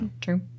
True